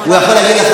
להגיד,